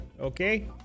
Okay